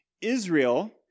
Israel